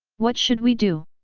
what should we do?